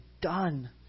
done